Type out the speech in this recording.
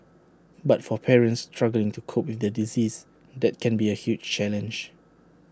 but for parents struggling to cope with their disease that can be A huge challenge